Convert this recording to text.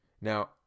Now